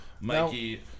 Mikey